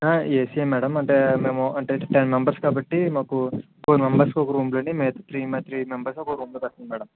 AC yeah madam అంటే మేము అంటే టెన్ మెంబర్స్ కాబట్టి మాకు ఫోర్ మెంబర్స్కి ఒక రూమ్గాని మిగ త్రీ త్రీ మెంబర్స్ని ఒకొక రూమ్లో పెట్టండి మేడమ్